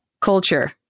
culture